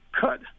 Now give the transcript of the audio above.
cut